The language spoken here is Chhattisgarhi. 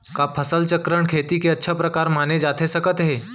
का फसल चक्रण, खेती के अच्छा प्रकार माने जाथे सकत हे?